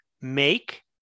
make